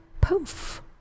poof